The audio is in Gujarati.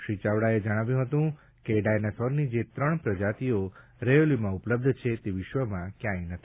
શ્રી ચાવડાએ જણાવ્યું કે ડાયનાસોરની જે ત્રણ પ્રજાતિઓ રૈયોલીમાં ઉપલબ્ધ છે તે વિશ્વમાં ક્યાંય નહતી